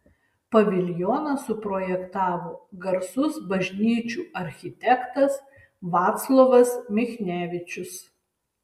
paviljoną suprojektavo garsus bažnyčių architektas vaclovas michnevičius